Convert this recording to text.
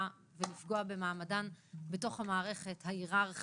ולפגוע במעמדן בתוך המערכת ההיררכית,